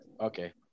okay